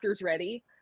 ready